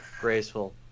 graceful